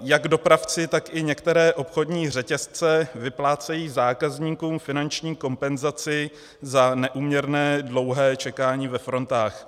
Jak dopravci, tak i některé obchodní řetězce vyplácejí zákazníkům finanční kompenzaci za neúměrné dlouhé čekání ve frontách.